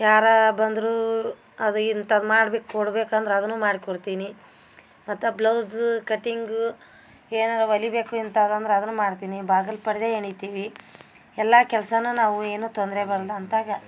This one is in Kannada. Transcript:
ಯಾರಾ ಬಂದರು ಅದು ಇಂಥದ್ದು ಮಾಡ್ಬೇಕು ಕೊಡ್ಬೇಕು ಅಂದ್ರೆ ಅದನ್ನು ಮಾಡ್ಕೊಡ್ತೀನಿ ಮತ್ತು ಬ್ಲೌಝು ಕಟ್ಟಿಂಗು ಏನಾರ ಒಲಿಬೇಕು ಇಂತಾದಂದ್ರ ಅದನ್ನೂ ಮಾಡ್ತೀನಿ ಬಾಗಿಲು ಪರದೆ ಎಳೀತಿವಿ ಎಲ್ಲಾ ಕೆಲಸನೂ ನಾವು ಏನು ತೊಂದರೆ ಬರಲ್ಲಂತಾಗ